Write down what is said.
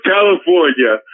California